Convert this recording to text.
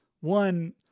one